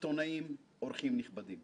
עיתונאים, אורחים נכבדים